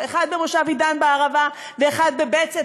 אחד במושב עידן בערבה ואחד בבצת,